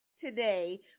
today